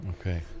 Okay